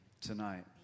tonight